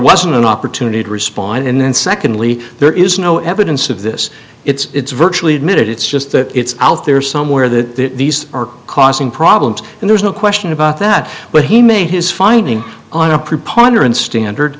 wasn't an opportunity to respond and then secondly there is no evidence of this it's virtually admitted it's just that it's out there somewhere that these are causing problems and there's no question about that but he made his finding on a proponent and standard